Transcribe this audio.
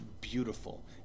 beautiful